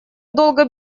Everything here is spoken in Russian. долго